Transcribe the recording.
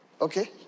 okay